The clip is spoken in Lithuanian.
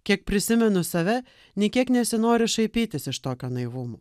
kiek prisimenu save nė kiek nesinori šaipytis iš tokio naivumo